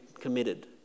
committed